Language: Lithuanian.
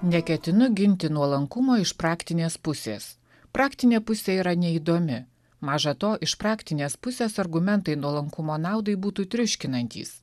neketinu ginti nuolankumo iš praktinės pusės praktinė pusė yra neįdomi maža to iš praktinės pusės argumentai nuolankumo naudai būtų triuškinantys